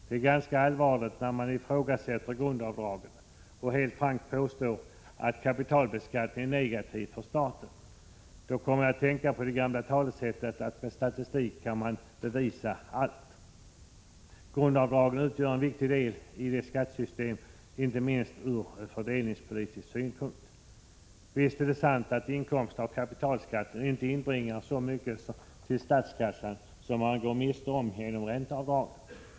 Det är ganska allvarligt när man ifrågasätter grundavdraget och helt frankt påstår att kapitalbeskattningen är negativ för staten. Då kommer jag att tänka på det gamla talesättet ”Med statistik kan man bevisa allt”. Grundavdraget utgör en viktig del i skattesystemet inte minst från fördelningspolitisk synpunkt. Visst är det sant att inkomsten av kapitalskatten inte inbringar så mycket till statskassan som den går miste om genom ränteavdragen.